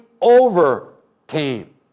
overcame